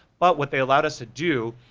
but what they allowed us to do,